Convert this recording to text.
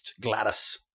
Gladys